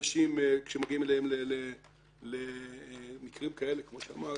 וכשמגיעים אליהם במקרים כאלה כמו שאמרת,